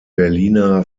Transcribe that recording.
berliner